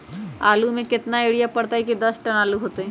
आलु म केतना यूरिया परतई की दस टन आलु होतई?